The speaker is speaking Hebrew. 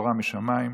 בתורה משמיים,